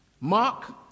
Mark